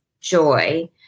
joy